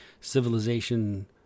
Civilization